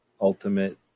ultimate